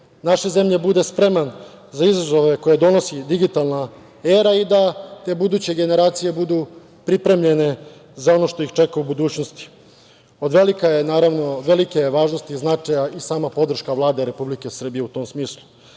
naše zemlje bude spreman za izazove koje donosi digitalna era i da buduće generacije budu pripremljene za ono što ih čeka u budućnosti. Od velike je, naravno, važnosti i značaja i sama podrška Vlade Republike Srbije, u tom smislu.